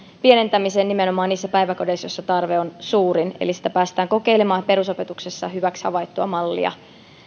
pienentämisen nimenomaan niissä päiväkodeissa joissa tarve on suurin eli päästään kokeilemaan perusopetuksessa hyväksi havaittua mallia